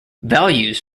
values